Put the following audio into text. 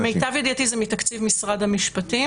למיטב ידיעתי זה מתקציב משרד המשפטים.